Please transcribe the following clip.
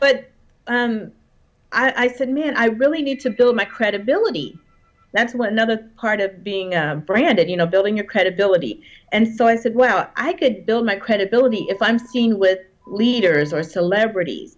but i said man i really need to build my credibility that's what another part of being branded you know building your credibility and so i said well i could build my credibility if i'm speaking with leaders or celebrities